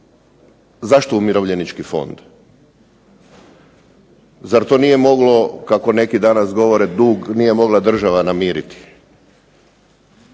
zašto Umirovljenički fond? Zar to nije moglo, kako neki danas govore dug, nije mogla država namiriti?